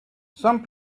some